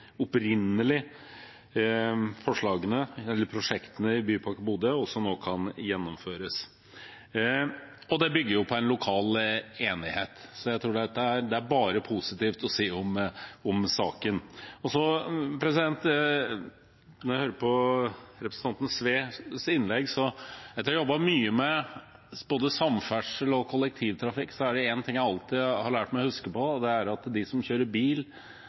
forslagene eller prosjektene i Bypakke Bodø nå kan gjennomføres, og det bygger på en lokal enighet. Så jeg tror det bare er positivt å si om saken. Jeg hørte på representanten Sves innlegg. Etter å ha jobbet mye med både samferdsel og kollektivtrafikk, er det en ting jeg har lært meg alltid å huske på, og det er at de som kjører bil,